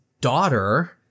daughter